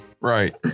Right